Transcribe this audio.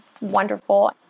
wonderful